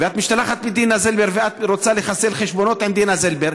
ומשתלחת בדינה זילבר ורוצה לחסל חשבונות עם דינה זילבר,